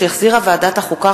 שהחזירה ועדת החוקה,